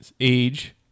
age